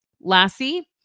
Lassie